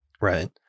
Right